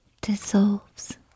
dissolves